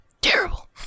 Terrible